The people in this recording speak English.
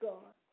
God